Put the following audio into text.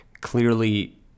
clearly